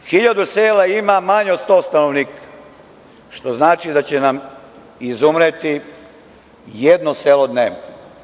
Hiljadu sela ima manje od 100 stanovnika, što znači da će nam izumreti jedno selo dnevno.